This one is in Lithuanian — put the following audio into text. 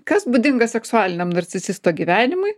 kas būdinga seksualiniam narcisisto gyvenimui